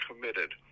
committed –